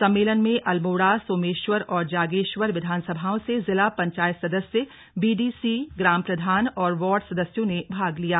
सम्मेलन में अल्मोड़ा सोमेश्वर और जागेश्वर विधानसभाओं से जिला पंचायत सदस्य बीडीसी ग्राम प्रधान और वार्ड सदस्यों ने भाग लिया